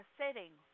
setting